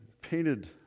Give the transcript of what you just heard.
painted